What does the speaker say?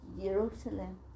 Jerusalem